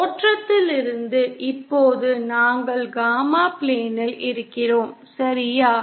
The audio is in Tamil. தோற்றத்திலிருந்து இப்போது நாங்கள் காமா பிளேனில் இருக்கிறோம் சரியா